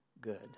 good